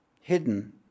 hidden